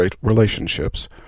relationships